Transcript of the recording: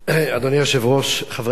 אדוני היושב-ראש, חברי הכנסת,